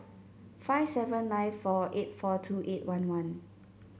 five seven nine four eight four two eight one one